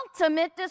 ultimate